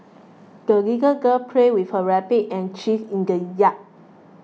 the little girl played with her rabbit and geese in the yard